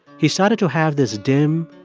he started to have this dim,